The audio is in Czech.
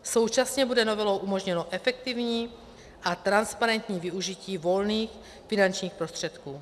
Současně bude novelou umožněno efektivní a transparentní využití volných finančních prostředků.